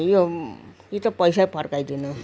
यो कि त पैसै फर्काइदिनु